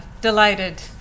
delighted